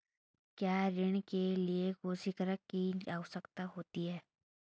क्या ऋण के लिए कोसिग्नर की आवश्यकता होती है?